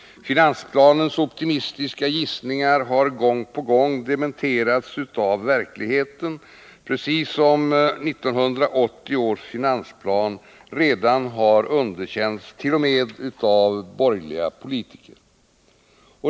Finansplanens optimistiska gissningar har gång på gång dementerats av verkligheten, precis som 1980 års finansplan redan har underkäntst.o.m. av borgerliga politiker.